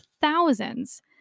thousands